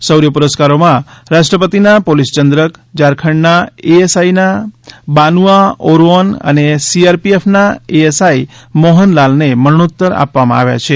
શૌર્થ પુરસ્કારોમાં રાષ્ટ્રપતિના પોલીસચંદ્રક ઝારખંડના એએસઆઈ બાનુઆ ઓરાઓન અને સીઆરપીએફના એએસઆઈ મોહન લાલને મરણોત્તર આપવામાં આવ્યા છે